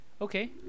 Okay